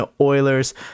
Oilers